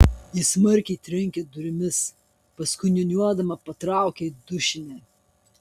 ji smarkiai trenkia durimis paskui niūniuodama patraukia į dušinę